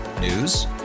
News